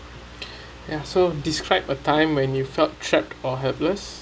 ya so describe a time when you felt trapped or helpless